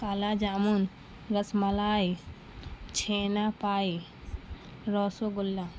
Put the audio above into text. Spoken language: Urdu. کالا جامن رس ملائی چھینا پائی روسو گلہ